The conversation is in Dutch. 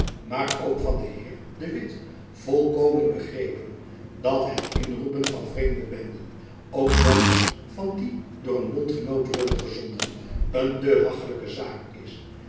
maar ook van den heer de witt volkomen begrepen dat het inroepen van vreemde benden ook zelfs van die door een bondgenoot worden gezonden een te hachelijke zaak is